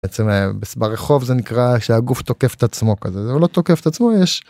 בעצם ברחוב זה נקרא שהגוף תוקף את עצמו כזה לא תוקף את עצמו יש